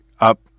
up